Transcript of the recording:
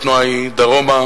לעתים התנועה היא דרומה.